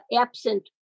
absent